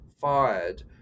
fired